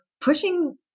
pushing